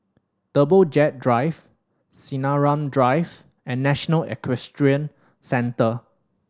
Jumbo Jet Drive Sinaran Drive and National Equestrian Centre